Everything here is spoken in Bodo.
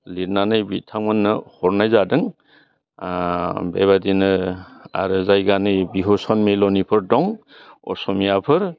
लिदनानै बिथांमोननो हनाय जादों बेबादिनो आरो जायगानि बिहु सनमिलनिफोर दं असमियाफोर